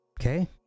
Okay